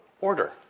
order